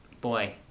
boy